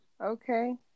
Okay